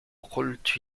قلت